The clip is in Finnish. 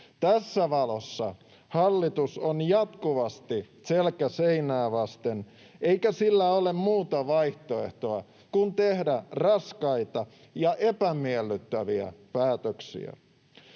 Tässä valossa hallitus on jatkuvasti selkä seinää vasten eikä sillä ole muuta vaihtoehtoa kuin tehdä raskaita ja epämiellyttäviä päätöksiä.